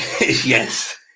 Yes